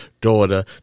daughter